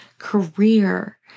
career